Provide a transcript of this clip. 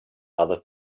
other